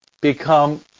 become